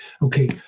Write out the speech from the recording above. Okay